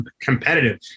competitive